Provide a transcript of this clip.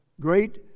great